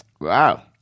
Wow